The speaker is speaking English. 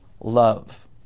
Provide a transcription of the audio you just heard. love